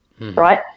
right